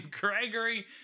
Gregory